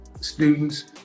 students